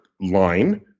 line